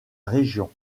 région